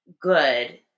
good